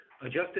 Adjusted